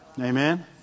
Amen